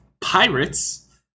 pirates